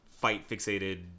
fight-fixated